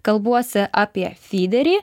kalbuosi apie fiderį